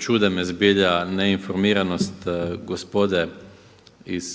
čudi me zbilja neinformiranost gospode iz